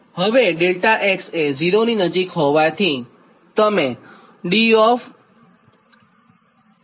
હવે ∆𝑥 એ ૦ ની નજીક હોવાથીતમે dIdxyV લખી શકો